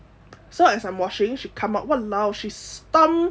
so as I'm washing she come up !walao! she stump